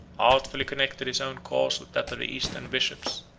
artfully connected his own cause with that of the eastern bishops,